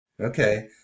Okay